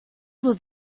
was